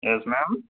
yes ma'am